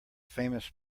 famous